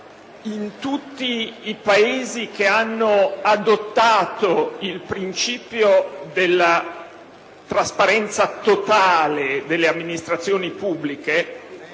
In tutti i Paesi che hanno adottato il principio della trasparenza totale delle amministrazioni pubbliche